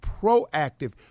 proactive